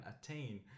attain